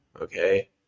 okay